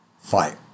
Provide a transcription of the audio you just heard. fight